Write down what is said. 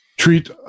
treat